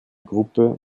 gruppe